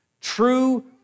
true